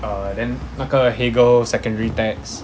uh then 那个 hegel secondary text